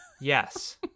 Yes